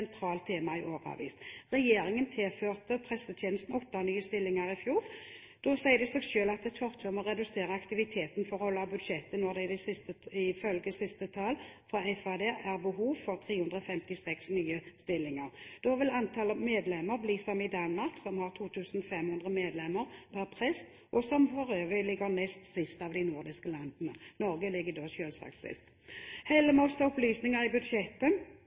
sentralt tema i årevis. Regjeringen tilførte prestetjenesten åtte nye stillinger i fjor. Da sier det seg selv at Kirken må redusere aktiviteten for å holde budsjettet når det ifølge siste tall fra Fornyings-, administrasjons- og kirkedepartementet er behov for 356 nye stillinger. Da vil antall medlemmer bli som i Danmark, som har 2 500 medlemmer per prest, og som for øvrig ligger nest sist av de nordiske landene. Norge ligger selvsagt sist. Holder vi oss til opplysninger i budsjettet,